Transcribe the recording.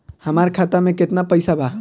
हमार खाता मे केतना पैसा बा?